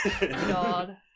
God